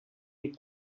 les